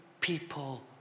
people